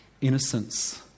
innocence